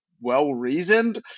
well-reasoned